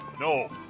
No